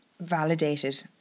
validated